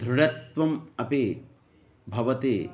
दृढत्वम् अपि भवति